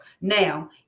Now